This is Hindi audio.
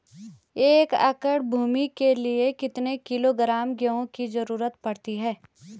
एक एकड़ भूमि के लिए कितने किलोग्राम गेहूँ की जरूरत पड़ती है?